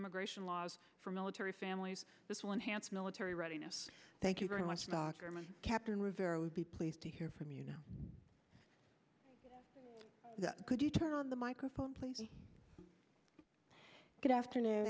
immigration laws for military families this will enhance military readiness thank you very much captain rivera would be pleased to hear from you now could you turn on the microphone please good afternoon